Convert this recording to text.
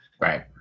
Right